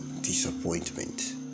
disappointment